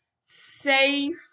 safe